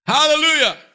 Hallelujah